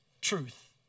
truth